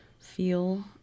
feel